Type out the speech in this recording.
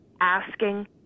asking